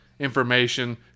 Information